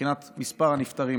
מבחינת מספר הנפטרים,